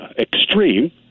extreme